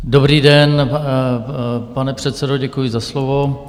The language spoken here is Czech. Dobrý den, pane předsedo, děkuji za slovo.